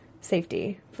safety